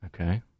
Okay